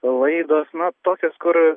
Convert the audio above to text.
laidos na tokios kur